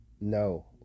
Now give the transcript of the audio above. no